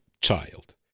child